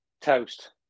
toast